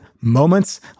moments